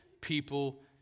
people